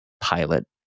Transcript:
pilot